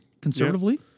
conservatively